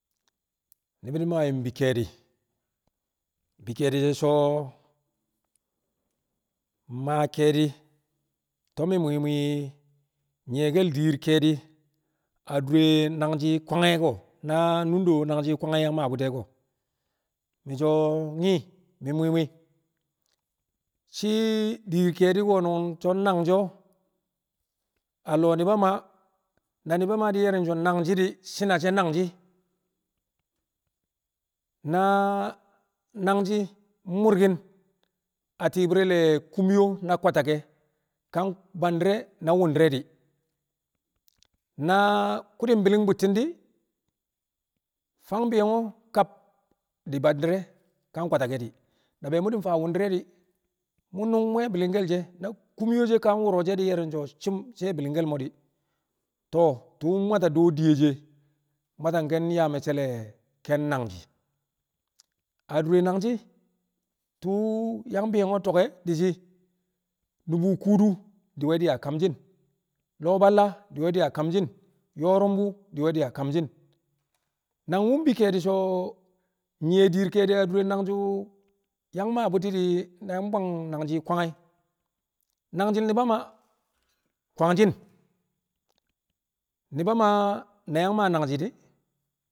Ni̱bi̱ di̱ mmaa yu̱m bi ke̱e̱di̱ bi ke̱e̱di̱ so̱ maa ke̱e̱di̱ to̱b mi̱ mwi̱i̱ mwi̱i̱ nyi̱ye̱ke̱l dir ke̱e̱di̱ adure nangji̱ kwange̱ ko̱ na nunde wu̱ nangji̱ kwange̱ yang maa bu̱ti̱ ẹ? Ko̱ mi̱ so̱ ihn mi̱ mwịi̱ mwi̱i̱ shi̱ dir ke̱e̱di̱ ko̱nu̱n so̱ nangji̱ a lo̱o̱ nu̱ba Maa na nu̱ba Maa ye̱rni̱n so̱ nangji̱ di̱ shi̱ne̱ she̱ nangshị na nangji̱ mmurkin a ti̱i̱bi̱r re̱ kumyo na kwatage ka bandi̱re̱ na wu̱ndi̱re̱ di̱ na ku̱ di̱ bi̱li̱ng bu̱ti̱n di̱ fang bi̱yo̱ ko̱ kab di̱ bandi̱re̱ ka kwantage̱ di̱ na be mu̱ di̱ faa wu̱ndi̱re̱ di̱ mu̱ nu̱ng mo̱ bi̱li̱ngke̱l she̱ na kumyo she̱ ka wu̱ro̱ she̱ di̱ nye̱rni̱m so̱ shi̱ bi̱li̱ngke̱l mo̱ di̱, to̱o̱ tu̱u̱ mwata dewo diye she̱ mwata ke̱n yaa me̱cce̱l le̱ ke̱n nangji̱ a dure nangshi̱ tu̱u̱ yang bi̱yo̱ko̱ to̱k e̱ di̱ shii nu̱bu̱ kuudu diwe di̱ a kamshi̱n lo̱o̱ balla diwe di̱ a kamshi̱n yo̱o̱ru̱mbu̱ diwe di̱ a kamshi̱n nangwu̱ mi̱ ke̱e̱di̱ so̱ nyi̱ye̱ dir ke̱e̱di̱ adure nangji̱ wu̱ yang maa bu̱ti̱ yang bwang nangji̱ kwang e̱ nangji̱l nu̱ba Maa kwangshi̱n, nu̱ba Maa na yang maa nangji̱ di̱,